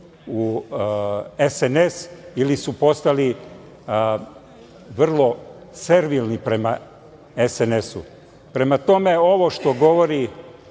u SNS ili su postali vrlo servilni prema SNS.Prema tome, ovo što govori